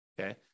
Okay